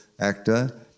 actor